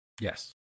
Yes